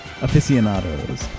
aficionados